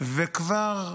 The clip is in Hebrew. וכבר,